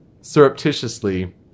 surreptitiously